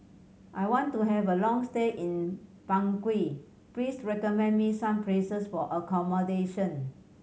I want to have a long stay in Bangui Please recommend me some places for accommodation